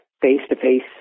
face-to-face